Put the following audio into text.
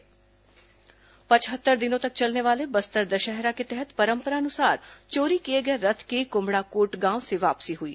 बस्तर दशहरा पचहत्तर दिनों तक चलने वाले बस्तर दशहरा के तहत परंपरानुसार चोरी किए गए रथ की कुम्हड़ाकोट गांव से वापसी हुई